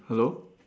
hello